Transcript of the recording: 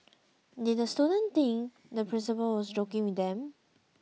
did the students think the principal was joking with them